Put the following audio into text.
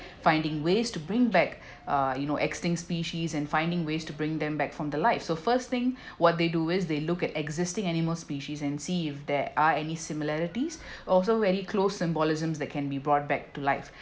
finding ways to bring back uh you know extinct species and finding ways to bring them back from the life so first thing what they do is they look at existing animal species and see if there are any similarities also very close symbolisms that can be brought back to life